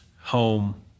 home